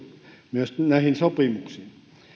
myös näihin sopimuksiin